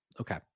Okay